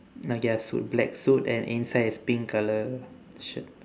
ah yes suit black suit and inside is pink colour shirt